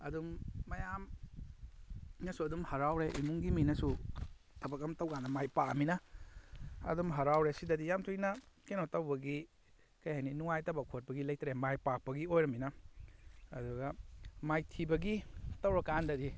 ꯑꯗꯨꯝ ꯃꯌꯥꯝꯅꯁꯨ ꯑꯗꯨꯝ ꯍꯔꯥꯎꯔꯦ ꯏꯃꯨꯡꯒꯤ ꯃꯤꯅꯁꯨ ꯊꯕꯛ ꯑꯃ ꯇꯧꯕꯀꯥꯟꯗ ꯃꯥꯏ ꯄꯥꯛꯑꯝꯅꯤꯅ ꯑꯗꯨꯝ ꯍꯔꯥꯎꯔꯦ ꯑꯁꯤꯗꯗꯤ ꯌꯥꯝ ꯊꯣꯏꯅ ꯀꯩꯅꯣ ꯇꯧꯕꯒꯤ ꯀꯩ ꯍꯥꯏꯅꯤ ꯅꯨꯡꯉꯥꯏꯇꯕ ꯈꯣꯠꯄꯒꯤ ꯂꯩꯇꯔꯦ ꯃꯥꯏ ꯄꯥꯛꯄꯒꯤ ꯑꯣꯏꯔꯕꯅꯤꯅ ꯑꯗꯨꯒ ꯃꯥꯏꯊꯤꯕꯒꯤ ꯇꯧꯔꯛꯀꯥꯟꯗꯗꯤ